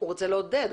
הוא רוצה לעודד.